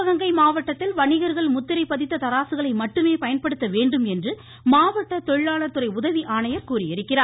சிவகங்கை மாவட்டத்தில் வணிகர்கள் முத்திரை பதித்த தராசுகளை மட்டுமே பயன்படுத்த வேண்டும் என்று மாவட்ட தொழிலாளர் துறை உதவி ஆணையர் தெரிவித்துள்ளார்